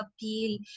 appeal